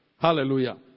Hallelujah